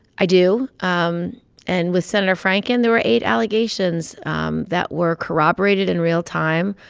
i do. um and with senator franken, there were eight allegations um that were corroborated in real time,